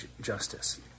justice